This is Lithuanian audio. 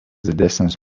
didesnis